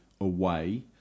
Away